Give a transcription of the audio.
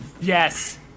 Yes